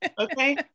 Okay